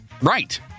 right